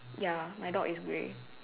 ya my dog is grey